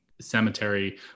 cemetery